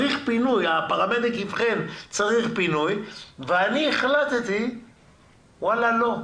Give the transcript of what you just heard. הפרמדיק אבחן שצריך פינוי, ואני החלטתי לא,